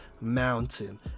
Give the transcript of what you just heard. Mountain